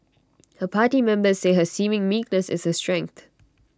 her party members say her seeming meekness is her strength